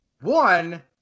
One